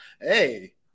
hey